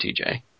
TJ